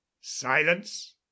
silence